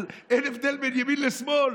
אין הבדל בין ימין לשמאל.